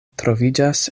troviĝas